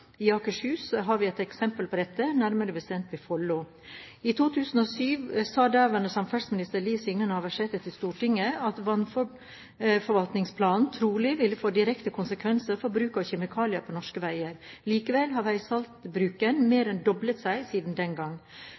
I Akershus har vi et eksempel på dette – nærmere bestemt i Follo. I 2007 sa daværende samferdselsminister Liv Signe Navarsete til Stortinget at vannforvaltningsplanene trolig ville få direkte konsekvenser for bruk av kjemikalier på norske veier. Likevel har veisaltbruken mer en doblet seg siden den gang.